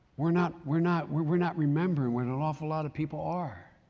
we're not, we're not, we're not remembering where an awful lot of people are,